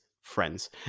friends